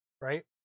right